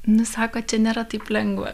nu sako čia nėra taip lengva